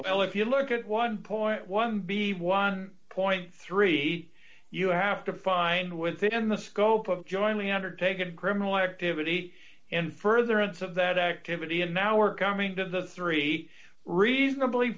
well if you look at one point one b one point three you have to find within the scope of joining undertaken criminal activity and further acts of that activity and now are coming to the three reasonably